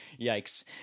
Yikes